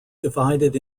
divided